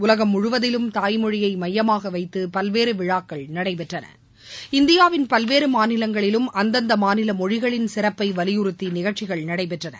உலகம் முழுவதிலும் தாய்மொழியை மையமாக வைத்து பல்வேறு விழாக்கள் நடைபெற்றன இந்தியாவின் பல்வேறு மாநிலங்களிலும் அந்தந்த மாநில மொழிகளின் சிறப்பை வலியுறுத்தி நிகழ்ச்சிகள் நடைபெற்றன